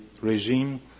regime